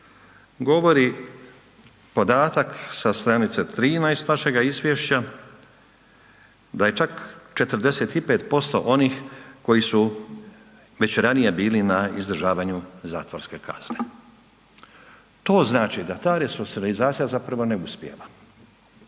govori podatak sa stranice 13 vašega izvješća da je čak 45% onih koji su već ranije bili na izdržavanju zatvorske kazne. To znači da ta resocijalizacija zapravo ne uspijeva,